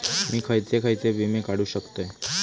मी खयचे खयचे विमे काढू शकतय?